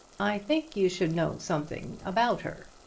i think you should know something about her,